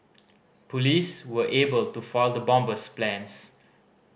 police were able to foil the bomber's plans